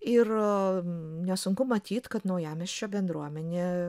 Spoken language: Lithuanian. ir nesunku matyt kad naujamiesčio bendruomenė